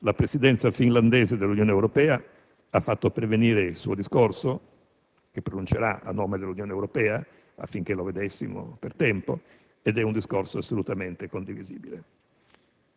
La Presidenza finlandese dell'Unione Europea ha fatto pervenire il discorso che pronuncerà a nome dell'Unione affinché lo vedessimo per tempo e si tratta di un discorso assolutamente condivisibile.